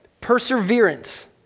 Perseverance